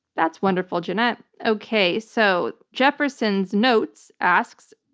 that's wonderful, jeanette. okay. so jeffersonsnotes asks,